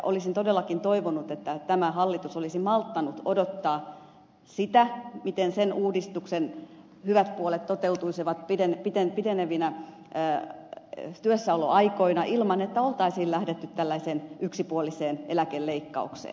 olisin todellakin toivonut että tämä hallitus olisi malttanut odottaa sitä miten sen uudistuksen hyvät puolet toteutuisivat pitenevinä työssäoloaikoina ilman että oltaisiin lähdetty tällaiseen yksipuoliseen eläkeleikkaukseen